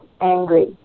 angry